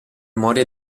memoria